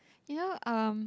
you know um